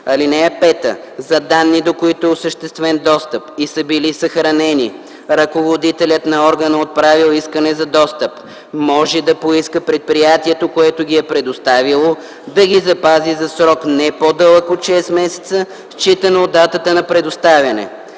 ал. 1. (5) За данни, до които е осъществен достъп и са били съхранени, ръководителят на органа, отправил искане за достъп, може да поиска предприятието, което ги е предоставило, да ги запази за срок не по-дълъг от 6 месеца, считано от датата на предоставяне.